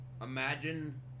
imagine